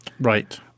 Right